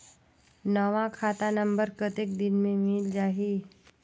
नवा खाता नंबर कतेक दिन मे मिल जाही?